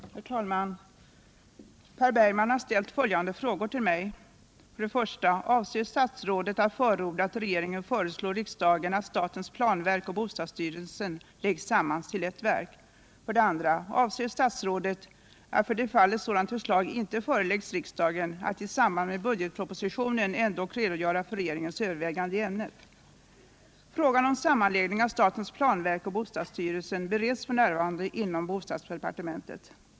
Herr talman! Per Bergman har ställt följande frågor till mig: 1. Avser statsrådet att förorda att regeringen föreslår riksdagen att statens planverk och bostadsstyrelsen läggs samman till ett verk? 2. Avser statsrådet, för det fall att sådant förslag inte föreläggs riksdagen, att i samband med budgetpropositionen ändock redogöra för regeringens överväganden i ämnet? Frågan om sammanläggning av statens planverk och bostadsstyrelsen bereds f. n. inom bostadsdepartementet.